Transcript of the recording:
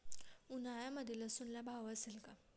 उन्हाळ्यामध्ये लसूणला भाव असेल का?